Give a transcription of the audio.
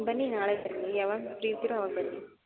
ಬನ್ನಿ ನಾಳೆ ಬನ್ನಿ ಯಾವಾಗ ಫ್ರೀ ಇರ್ತೀರೊ ಅವಾಗ ಬನ್ನಿ